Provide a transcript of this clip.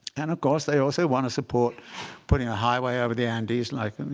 and of course, they also want to support putting a highway over the andes like and